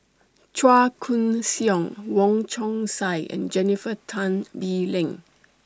Chua Koon Siong Wong Chong Sai and Jennifer Tan Bee Leng